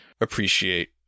appreciate